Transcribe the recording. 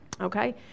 okay